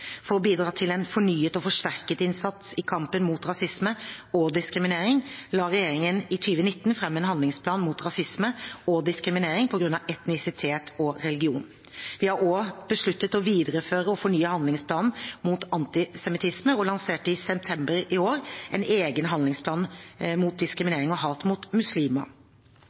For å bidra til en fornyet og forsterket innsats i kampen mot rasisme og diskriminering la regjeringen i 2019 fram en handlingsplan mot rasisme og diskriminering på grunn av etnisitet og religion. Vi har også besluttet å videreføre og fornye handlingsplanen mot antisemittisme og lanserte i september i år en egen handlingsplan mot diskriminering og hat mot muslimer.